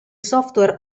software